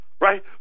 Right